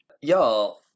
Y'all